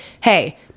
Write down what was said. Hey